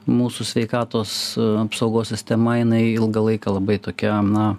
mūsų sveikatos apsaugos sistema jinai ilgą laiką labai tokia na